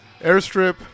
Airstrip